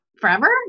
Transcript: Forever